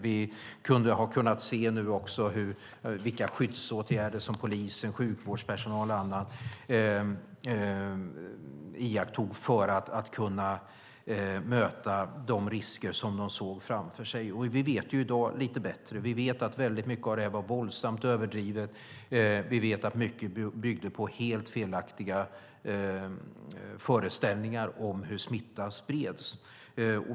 Vi har nu också kunnat se vilka skyddsåtgärder som polis, sjukvårdspersonal och andra iakttog för att möta de risker som de såg framför sig. I dag vet vi lite bättre. Vi vet att väldigt mycket av detta var våldsamt överdrivet. Vi vet att mycket byggde på helt felaktiga föreställningar om hur smittan spreds.